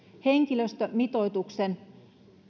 henkilöstömitoituksen